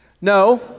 No